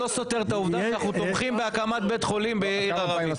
לא סותר את העובדה שאנחנו תומכים בהקמת בית חולים בעיר ערבית.